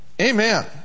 Amen